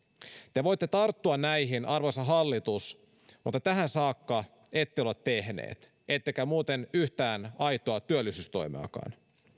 te voitte tarttua näihin arvoisa hallitus mutta tähän saakka ette ole sitä tehneet ettekä muuten yhtään aitoa työllisyystoimeakaan